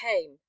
came